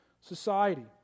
society